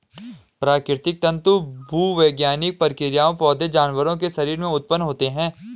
प्राकृतिक तंतु भूवैज्ञानिक प्रक्रियाओं, पौधों, जानवरों के शरीर से उत्पन्न होते हैं